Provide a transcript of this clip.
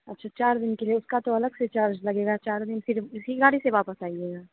अच्छा चार दिन के लिए उसका तो अलग से चार्ज लगेगा चार दिन फिर उसी गाड़ी से वापस आइएगा